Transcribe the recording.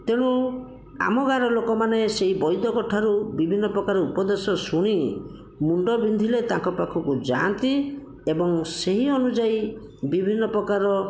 ତେଣୁ ଆମ ଗାଁର ଲୋକମାନେ ସେହି ବୈଦଙ୍କଠାରୁ ବିଭିନ୍ନ ପ୍ରକାର ଉପଦେଶ ଶୁଣି ମୁଣ୍ଡ ବିନ୍ଧିଲେ ତାଙ୍କ ପାଖକୁ ଯାଆନ୍ତି ଏବଂ ସେହି ଅନୁଯାୟୀ ବିଭିନ୍ନ ପ୍ରକାର